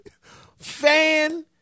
Fan